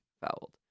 fouled